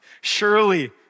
Surely